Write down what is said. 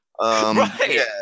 right